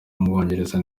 w’umwongereza